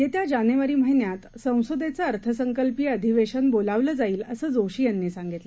येत्याजानेवारीमहिन्यातसंसदेचंअर्थसंकल्पीयअधिवेशनबोलावलंजाईल असंजोशीयांनीसांगितलं